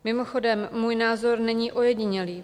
Mimochodem můj názor není ojedinělý.